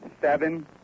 seven